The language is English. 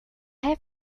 have